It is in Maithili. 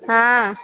हँ